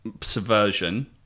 subversion